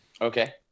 okay